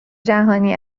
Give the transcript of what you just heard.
جهانی